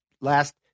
last